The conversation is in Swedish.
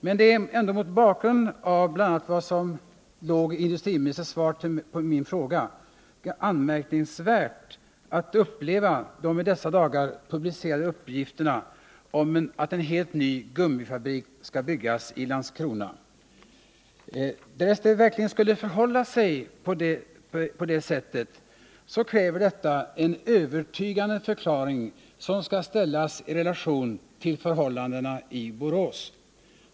Men det är väl ändå — bl.a. mot bakgrund av industriministerns svar på min fråga — anmärkningsvärt att uppleva de i dessa dagar publicerade uppgifterna om att en helt ny gummifabrik skall byggas i Landskrona. Därest det verkligen skulle förhålla sig på det sättet, kräver det en övertygande förklaring som skall ställas i relation till förhållandena i Borås.